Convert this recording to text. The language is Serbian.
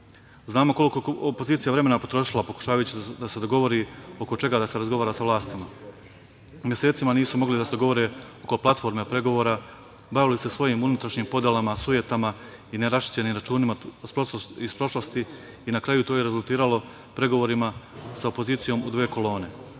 vremena opozicija potrošila pokušavajući da se dogovori oko čega da se razgovara sa vlastima. Mesecima nisu mogli da se dogovore oko platforme pregovora, bavili se svojim unutrašnjim podelama, sujetama i neraščišćenim računima iz prošlosti i na kraju to je rezultiralo pregovorima sa opozicijom u dve kolone. Onaj